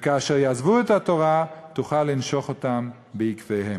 וכאשר יעזבו את התורה, תוכל לנשוך אותם בעקביהם.